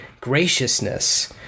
graciousness